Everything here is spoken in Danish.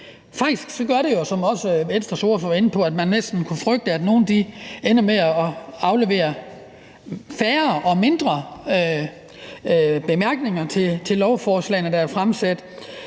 Faktisk gør det jo, som også Venstres ordfører var inde på, at man næsten kunne frygte, at nogle ender med at aflevere færre og mindre bemærkninger i høringssvarene til lovforslagene, der er fremsat,